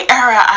era